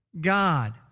God